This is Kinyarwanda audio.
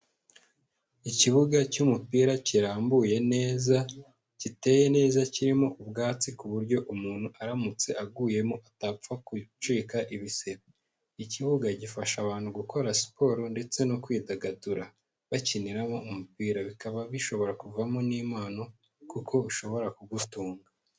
Ikibuga cy'umupira kirambuye neza, giteye neza kirimo ubwatsi ku buryo umuntu aramutse aguyemo atapfa gucika ibisebe. Ikibuga gifasha abantu gukora siporo ndetse no kwidagadura bakiniramo umupira, bikaba bishobora kuvamo n'impano kuko ushobora kugutunga.